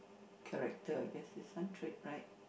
character I guess it's one trait right